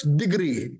degree